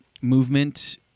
movement